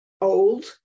old